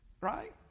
Right